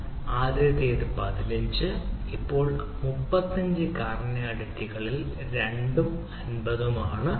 ആദ്യത്തേത് 15 2 അപ്പോൾ ഇത് 35 കാർഡിനാലിറ്റികൾ 2 ഉം ഇത് 50 ഉം ആണ് 1